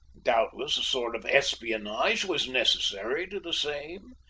doubtless a sort of espionage was necessary to the same.